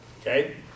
okay